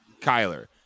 Kyler